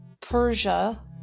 Persia